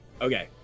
okay